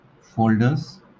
folders